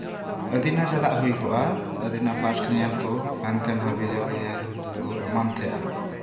ᱟᱹᱫᱤᱱᱟ ᱪᱟᱞᱟᱜ ᱦᱩᱭ ᱠᱚᱜᱼᱟ ᱟᱹᱫᱤᱱᱟ ᱯᱟᱨᱠ ᱧᱮᱞ ᱠᱚ ᱦᱮᱱᱛᱮᱱ ᱦᱟᱹᱵᱤᱡᱟᱹᱵᱤ ᱧᱮᱞ ᱠᱚ ᱮᱢᱟᱱ ᱛᱮᱭᱟᱜ